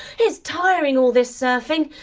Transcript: it's tiring all this surfing.